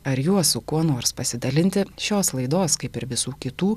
ar juos su kuo nors pasidalinti šios laidos kaip ir visų kitų